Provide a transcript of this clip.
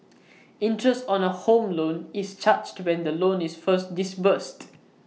interest on A home loan is charged when the loan is first disbursed